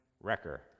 wrecker